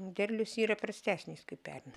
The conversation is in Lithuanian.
derlius yra prastesnis kaip pernai